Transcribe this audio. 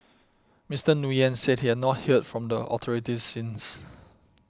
Mister Nguyen said he has not heard from the authorities since